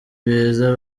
beza